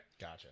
Gotcha